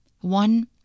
One